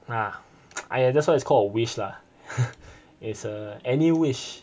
ah !aiya! that's why it's called a wish lah it's a any wish